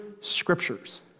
scriptures